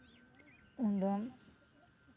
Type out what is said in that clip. ᱩᱱᱫᱚ